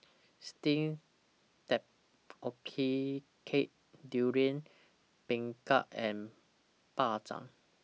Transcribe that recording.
Steamed Tapioca Cake Durian Pengat and Bak Chang